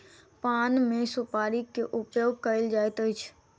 पान मे सुपाड़ी के उपयोग कयल जाइत अछि